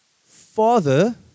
father